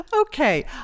Okay